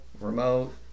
remote